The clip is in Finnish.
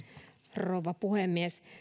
rouva puhemies